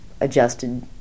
adjusted